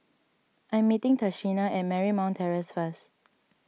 I'm meeting Tashina at Marymount Terrace first